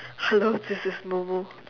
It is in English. hello this is